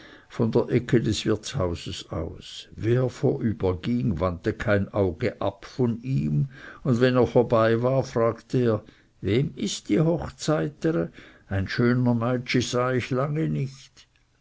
von der ecke des wirtshauses aus wer vorbeiging wandte kein auge ab ihm und wenn er vorüber war fragte er wem ist die hochzeitere ein schöner meitschi sah ich lange nicht